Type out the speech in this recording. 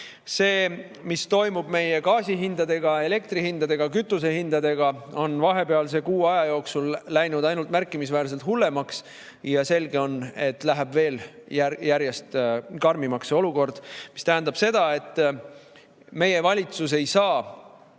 See, mis toimub meie gaasihindadega, elektrihindadega, kütusehindadega, on vahepealse kuu aja jooksul läinud märkimisväärselt hullemaks. Ja selge on, et see olukord läheb veel järjest karmimaks, mis tähendab seda, et meie valitsus ei saa